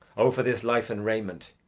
oh, for this life and raiment,